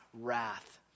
wrath